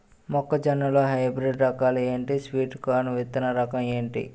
మొక్క జొన్న లో హైబ్రిడ్ రకాలు ఎంటి? స్వీట్ కార్న్ విత్తన రకం ఏంటి?